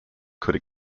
could